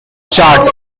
chart